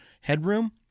headroom